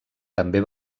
també